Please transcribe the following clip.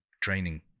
training